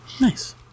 Nice